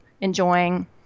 enjoying